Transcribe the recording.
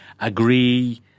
agree